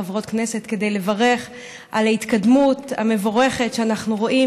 כדי לברך על ההתקדמות המבורכת שאנחנו רואים